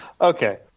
Okay